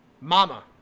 Mama